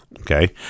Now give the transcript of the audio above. Okay